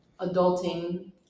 adulting